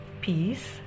peace